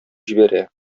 җибәрә